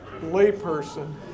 layperson